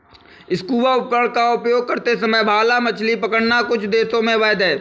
scuba उपकरण का उपयोग करते समय भाला मछली पकड़ना कुछ देशों में अवैध है